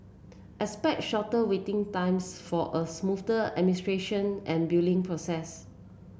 expect shorter waiting times for a smoother administration and billing process